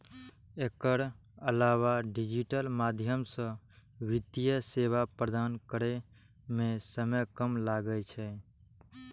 एकर अलावा डिजिटल माध्यम सं वित्तीय सेवा प्रदान करै मे समय कम लागै छै